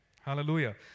Hallelujah